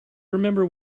remember